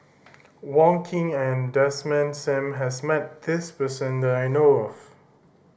Wong Keen and Desmond Sim has met this person that I know of